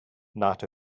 not